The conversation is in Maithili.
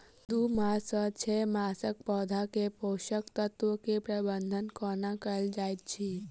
दू मास सँ छै मासक पौधा मे पोसक तत्त्व केँ प्रबंधन कोना कएल जाइत अछि?